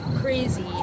crazy